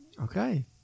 Okay